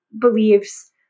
believes